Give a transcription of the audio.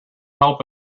help